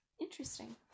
Interesting